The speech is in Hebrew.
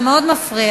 זה מאוד מפריע.